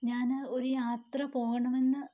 ഞാന് ഒര് യാത്ര പോകണമെന്ന്